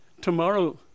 tomorrow